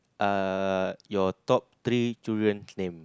are your top three children's name